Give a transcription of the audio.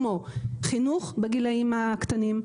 כמו חינוך בגילאים הקטנים.